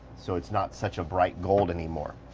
so it's not such a bright gold anymore.